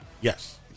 Yes